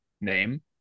name